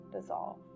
dissolve